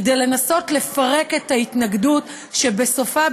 כדי לנסות לפרק את ההתנגדות שבסופה,